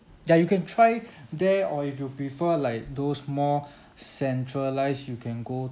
ya you can try there or if you prefer like those more centralised you can go